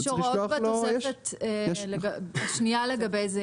יש הוראות בתוספת שנייה לגבי זה.